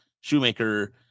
Shoemaker